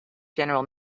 general